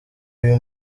uyu